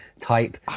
type